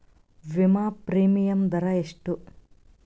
ವಿಮಾ ಪ್ರೀಮಿಯಮ್ ದರಾ ಎಷ್ಟು?